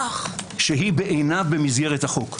שאינה במסגרת החוק.